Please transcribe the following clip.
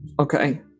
Okay